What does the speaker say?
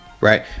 right